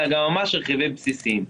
אלא גם ממש רכיבים בסיסיים.